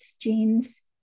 genes